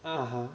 (uh huh)